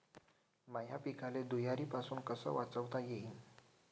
माह्या पिकाले धुयारीपासुन कस वाचवता येईन?